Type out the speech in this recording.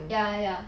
ya ya ya